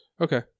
Okay